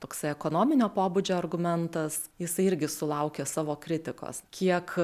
toks ekonominio pobūdžio argumentas jisai irgi sulaukė savo kritikos kiek